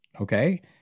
okay